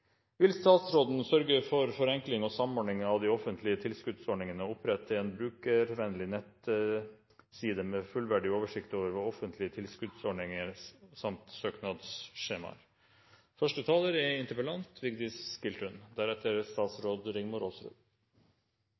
vil sørge for forenkling og samordning av de offentlige tilskuddsordningene. Hun spør om vi vil opprette en brukervennlig nettside med fullstendig oversikt over offentlige tilskuddsordninger samt søknadsskjemaer. Jeg legger til grunn at det er